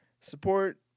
support